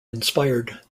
inspired